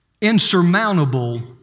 insurmountable